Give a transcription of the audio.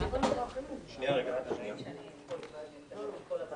יש אנשים שתכננו כל מיני דברים.